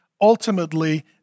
Ultimately